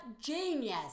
genius